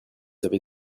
avez